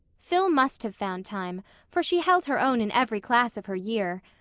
phil must have found time for she held her own in every class of her year.